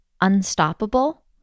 unstoppable